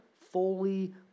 fully